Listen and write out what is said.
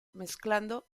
mezclando